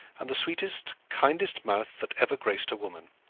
and the sweetest, kindest mouth that ever graced a woman.